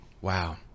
Wow